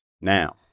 Now